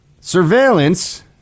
Surveillance